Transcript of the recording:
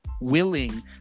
willing